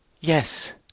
Yes